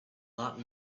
not